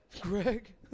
Greg